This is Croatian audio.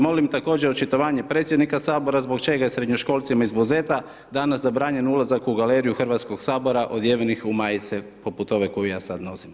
Molim također očitovanje predsjednika Sabora, zbog čega srednjoškolcima iz Buzeta danas zabranjen ulazak u galeriju HS-a odjevenih u majice poput ove koju ja sad nosim.